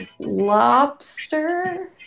lobster